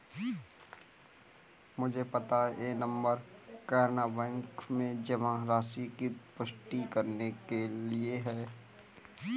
मुझे पता है यह नंबर कैनरा बैंक में जमा राशि की पुष्टि करने के लिए है